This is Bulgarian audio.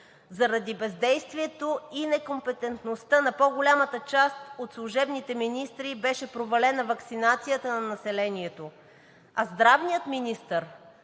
Заради бездействието и некомпетентността на по-голямата част от служебните министри беше провалена ваксинацията на населението, а здравният министър